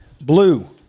Blue